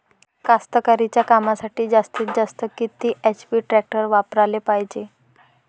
कास्तकारीच्या कामासाठी जास्तीत जास्त किती एच.पी टॅक्टर वापराले पायजे?